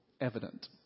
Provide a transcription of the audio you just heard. evident